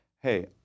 hey